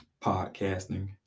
podcasting